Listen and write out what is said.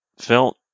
felt